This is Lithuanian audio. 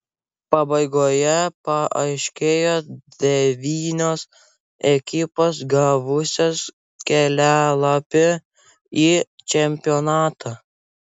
pabaigoje paaiškėjo devynios ekipos gavusios kelialapį į čempionatą